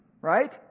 Right